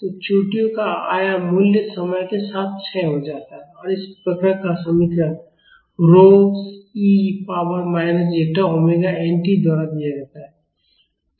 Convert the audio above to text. तो चोटियों का आयाम मूल्य समय के साथ क्षय हो जाता है और इस वक्र का समीकरण rho e power minus zeta omega n t द्वारा दिया जाता है